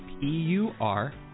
P-U-R